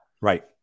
Right